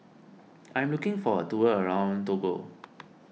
I am looking for a tour around Togo